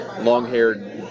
long-haired